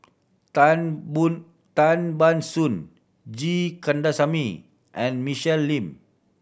Tan Bun Tan Ban Soon G Kandasamy and Michelle Lim